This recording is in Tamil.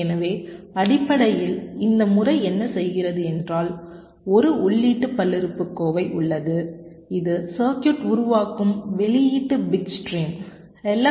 எனவே அடிப்படையில் இந்த முறை என்ன செய்கிறது என்றால் ஒரு உள்ளீட்டு பல்லுறுப்புக்கோவை உள்ளது இது சர்க்யூட் உருவாக்கும் வெளியீட்டு பிட் ஸ்ட்ரீம் எல்